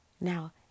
Now